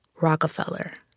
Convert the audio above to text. Rockefeller